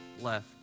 left